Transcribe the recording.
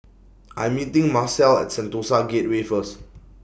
I'm meeting Marcelle At Sentosa Gateway First